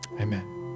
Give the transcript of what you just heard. amen